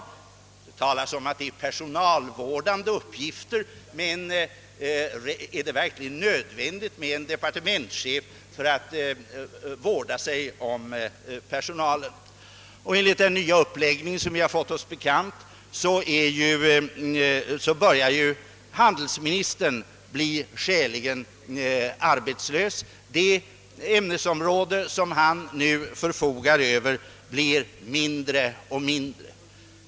Det talas om att det är personalvårdande uppgifter, men är det verkligen nödvändigt med en departementschef för att vårda sig om personalen? Enligt den nya uppläggning som vi har fått oss bekant börjar ju handelsministern bli skäligen arbetslös. Det ämnesområde som han nu förfogar över blir mindre och mindre.